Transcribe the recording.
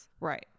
Right